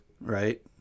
right